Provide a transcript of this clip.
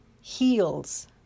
Heals